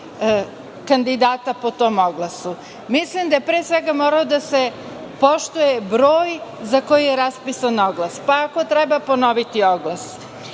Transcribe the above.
kandidata po tom oglasu. Mislim da je pre svega morao da se poštuje broj za koji je raspisan oglas, pa ako treba ponoviti